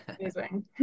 Amazing